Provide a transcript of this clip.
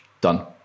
Done